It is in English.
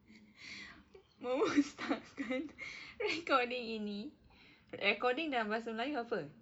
memusnahkan recording ini recording dalam bahasa melayu apa